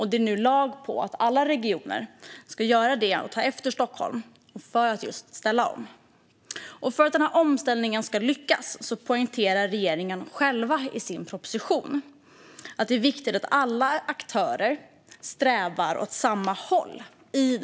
Det är nu lag på att alla regioner ska ta efter Stockholm och ställa om. För att denna omställning ska lyckas poängterar regeringen själv i sin proposition att det är viktigt att alla aktörer strävar åt samma håll.